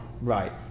Right